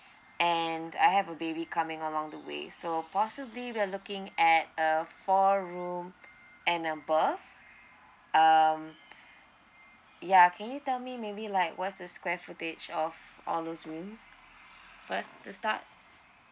and I have a baby coming along the way so possibly we are looking at uh four room and above um ya can you tell me maybe like what's the square footage of all those rooms first to start